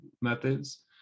methods